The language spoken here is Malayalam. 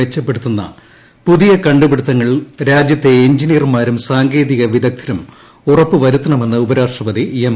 മെച്ചപ്പെടുത്തുന്ന പുതിയ കണ്ടുപിടിത്തങ്ങൾ രാജ്യത്തെ എഞ്ചിനീയർമാരും സാങ്കേതിക വിദഗ്ദ്ധരും ഉറപ്പു വരുത്തണമെന്ന് ഉപരാഷ്ട്രപതി എം